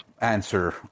answer